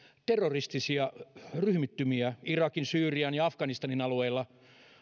terroristisia ryhmittymiä irakin syyrian ja afganistanin alueilla